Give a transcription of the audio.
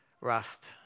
Rust